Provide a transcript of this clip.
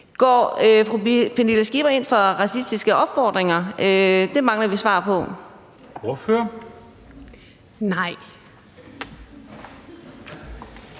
Går fru Pernille Skipper ind for racistiske opfordringer? Det mangler vi svar på. Kl.